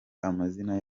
amazina